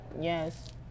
Yes